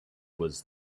was